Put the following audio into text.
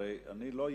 הרי אני לא יהודי,